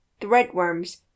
threadworms